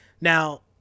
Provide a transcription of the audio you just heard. Now